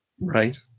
Right